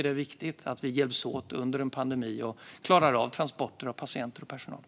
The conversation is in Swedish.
Det är viktigt att vi hjälps åt under en pandemi för att klara av transporter av patienter och personal.